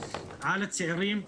על הצעירים,